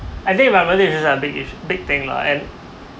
I think about whether it is a big issue big thing lah and